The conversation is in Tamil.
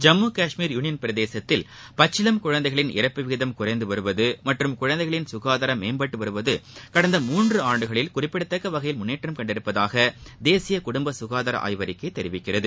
ஜம்மு காஷ்மீர் யூனியள் பிரதேசத்தில் பச்சிளங்குழந்தைகளின் இறப்பு விகிதம் குறைந்து வருவது மற்றும் குழந்தைகளின் சுகாதாரம் மேம்பட்டு வருவது ஆகியவை கடந்த மூன்று ஆண்டுகளில் குறிப்பிடத்தக்க வகையில் முன்னேற்றம் கண்டுள்ளதாக தேசிய குடும்ப சுனதார ஆய்வறிக்கை தெரிவிக்கிறது